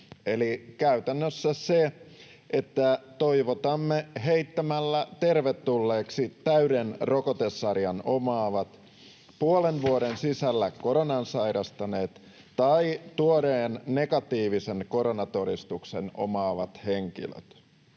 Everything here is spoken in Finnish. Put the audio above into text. käytännössä se, että toivotamme heittämällä tervetulleeksi täyden rokotesarjan omaavat, puolen vuoden sisällä koronan sairastaneet tai tuoreen negatiivisen koronatodistuksen omaavat henkilöt.